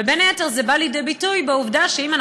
ובין היתר זה בא לידי ביטוי בעובדה שאם פעם